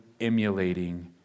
emulating